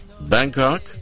Bangkok